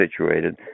situated